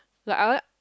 like I want